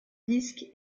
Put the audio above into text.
disque